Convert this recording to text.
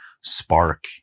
spark